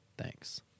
Thanks